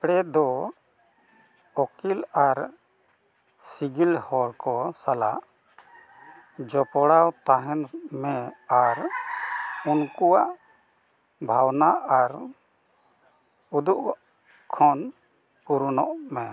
ᱟᱯᱲᱮ ᱫᱚ ᱚᱠᱤᱞ ᱟᱨ ᱥᱤᱸᱜᱤᱞ ᱦᱚᱲ ᱠᱚ ᱥᱟᱞᱟᱜ ᱡᱚᱯᱲᱟᱣ ᱛᱟᱦᱮᱱ ᱢᱮ ᱟᱨ ᱩᱱᱠᱩᱣᱟᱜ ᱵᱷᱟᱵᱽᱱᱟ ᱟᱨ ᱩᱫᱩᱜ ᱠᱷᱚᱱ ᱯᱩᱨᱩᱱᱚᱜ ᱢᱮ